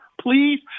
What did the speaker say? please